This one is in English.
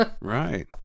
right